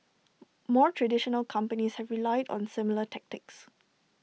more traditional companies have relied on similar tactics